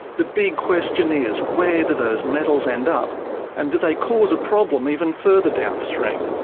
the big question is, where do those metals end up and do they cause a problem even further downstream?